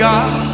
God